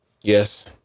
Yes